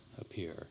appear